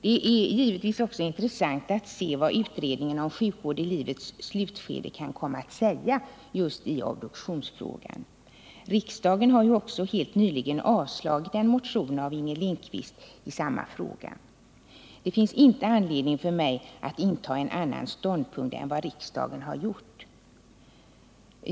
Det är givetvis också intressant att se vad utredningen om sjukvård i livets slutskede kan komma att säga i obduktionsfrågan. Riksdagen har ju också helt nyligen avslagit en motion av Inger Lindquist i samma fråga. Det finns inte anledning för mig att inta en annan ståndpunkt än vad riksdagen har gjort.